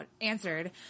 answered